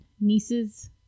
nieces